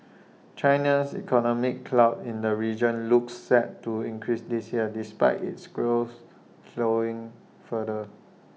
China's economic clout in the region looks set to increase this year despite its growth slowing further